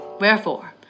Wherefore